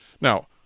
Now